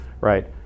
right